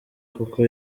kuko